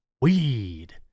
Weed